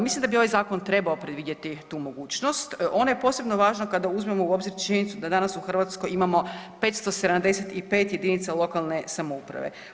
Mislim da bi ovaj zakon trebao predvidjeti tu mogućnost, ona je posebno važna kada uzmemo u obzir činjenicu da danas u Hrvatskoj imamo 575 jedinica lokalne samouprave.